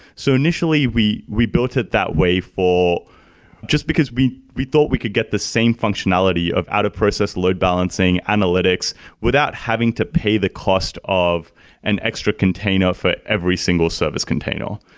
so initially, we we built it that way for just because we we thought we could get the same functionality of out of process load balancing analytics without having to pay the cost of an extra container for every single service container.